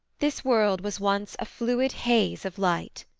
this world was once a fluid haze of light,